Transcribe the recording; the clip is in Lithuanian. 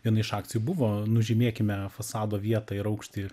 viena iš akcijų buvo nužymėkime fasado vietą ir aukštį